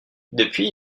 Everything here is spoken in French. depuis